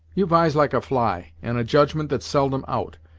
you've eyes like a fly, and a judgment that's seldom out.